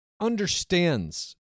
understands